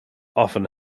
often